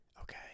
Okay